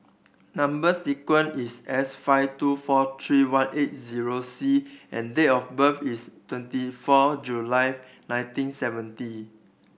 number sequence is S five two four three one eight zero C and date of birth is twenty four July nineteen seventy